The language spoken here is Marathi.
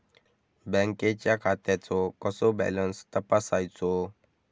बँकेच्या खात्याचो कसो बॅलन्स तपासायचो?